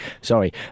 Sorry